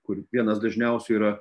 kur vienas dažniausių yra